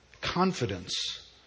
confidence